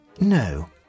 No